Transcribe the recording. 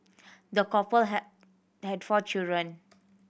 the couple had had four children